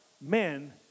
men